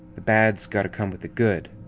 the bad's gotta come with the good.